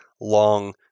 long